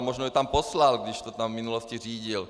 Možná ji tam poslal, když to tam v minulosti řídil.